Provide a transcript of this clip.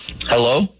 Hello